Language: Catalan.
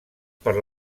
per